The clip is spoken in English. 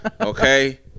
Okay